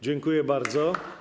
Dziękuję bardzo.